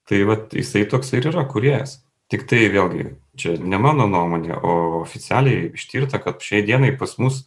tai vat jisai toks ir yra kūrėjas tiktai vėlgi čia ne mano nuomonė o oficialiai ištirta kad šiai dienai pas mus